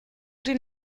den